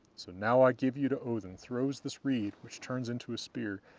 so now i give you to odinn, throws this reed, which turns into a spear,